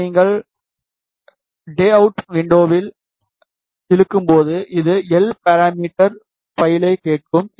இதை நீங்கள் லேஅவுட் விண்டோஸில் இழுக்கும்போது அது எஸ் பாராமீட்டர் பைலைக் கேட்கும்